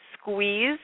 squeeze